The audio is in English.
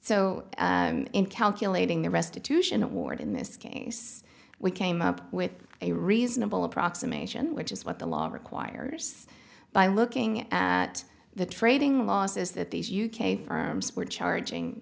so in calculating the restitution award in this case we came up with a reasonable approximation which is what the law requires by looking at the trading losses that these u k firms were charging